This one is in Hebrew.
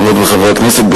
חברות וחברי הכנסת,